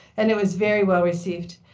and it was very well received.